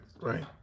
right